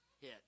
hit